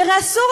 כי הרי אסור,